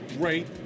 great